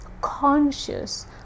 conscious